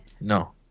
No